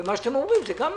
וגם מה שאתם אומרים נכון,